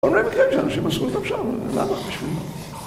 הרבה מקרים שם שמשכו אותם שמה. למה? בשביל מה?